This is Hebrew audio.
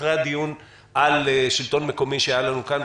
אחרי הדיון על השלטון המקומי שהיה לנו כאן,